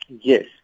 Yes